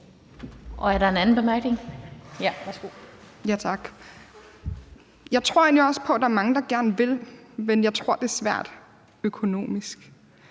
Jeg tror egentlig også på, at der er mange, der gerne vil, men jeg tror, det er svært økonomisk.